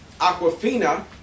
Aquafina